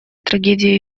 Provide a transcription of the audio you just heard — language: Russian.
трагедией